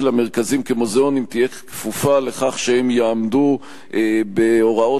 המרכזים כמוזיאונים תהיה כפופה לכך שהם יעמדו בהוראות